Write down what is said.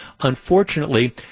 Unfortunately